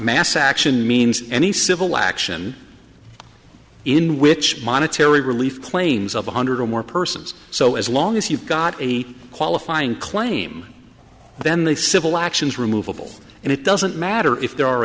mass action means any civil action in which monetary relief claims of one hundred or more persons so as long as you've got a qualifying claim then the civil actions removable and it doesn't matter if there are